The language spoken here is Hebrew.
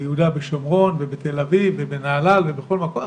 ביהודה ושומרון, בתל אביב, בנהלל ובכל מקום.